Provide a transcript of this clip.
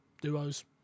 duos